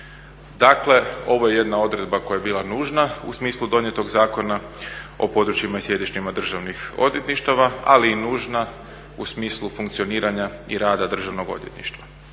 Dakle, ovo je jedna odredba koja je bila nužna u smislu donijetog Zakona o područjima i sjedištima državnih odvjetništava ali i nužna u smislu funkcioniranja i rada Državnog odvjetništva.